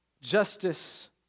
Justice